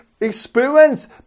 experience